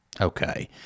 Okay